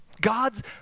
God's